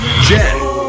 Jen